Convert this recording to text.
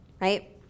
right